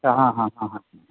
आं हां आं हां